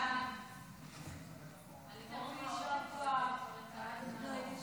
להעביר את הצעת חוק משפחות חיילים